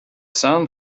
sun